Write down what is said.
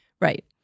Right